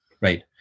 Right